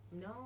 No